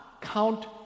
count